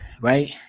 right